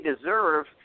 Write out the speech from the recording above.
deserve